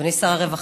אדוני שר הרווחה,